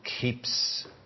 keeps